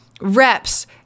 reps